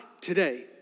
today